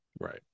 Right